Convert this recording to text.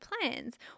plans